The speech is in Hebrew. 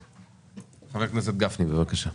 חבר הכנסת גפני, בבקשה.